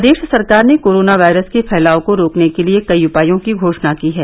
प्रदेश सरकार ने corona virus के फैलाव को रोकने के लिए कई उपायों की घोषणा की है